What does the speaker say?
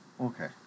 Okay